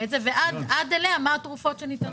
את זה ועד אליה מה התרופות שניתנות.